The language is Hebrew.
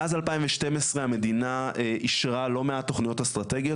מאז 2012 המדינה אישרה לא מעט תוכניות אסטרטגיות